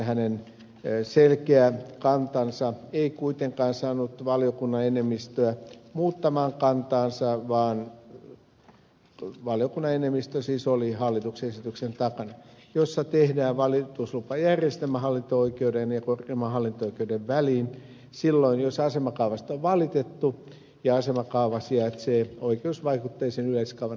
hänen selkeä kantansa ei kuitenkaan saanut valiokunnan enemmistöä muuttamaan mieltään vaan valiokunnan enemmistö siis oli hallituksen esityksen takana jossa tehdään valituslupajärjestelmä hallinto oikeuden ja korkeimman hallinto oikeuden väliin silloin jos asemakaavasta on valitettu ja asemakaava on oikeusvaikutteisen yleiskaavan alueella